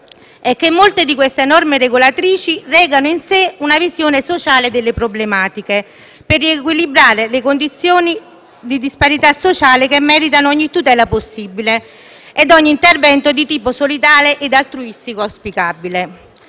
è che molte di queste norme regolatrici recano in sé una visione sociale delle problematiche per riequilibrare le condizioni di disparità sociale che meritano ogni tutela possibile e ogni intervento di tipo solidale e altruistico auspicabile.